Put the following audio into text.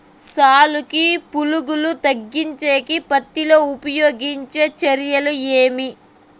సాలుకి పులుగు తగ్గించేకి పత్తి లో ఉపయోగించే చర్యలు ఏమి?